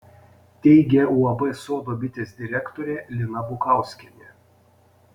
teigia uab sodo bitės direktorė lina bukauskienė